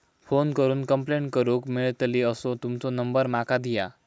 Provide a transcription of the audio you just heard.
Phone करून complaint करूक मेलतली असो तुमचो नंबर माका दिया?